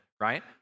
right